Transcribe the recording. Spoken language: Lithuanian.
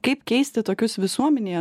kaip keisti tokius visuomenėje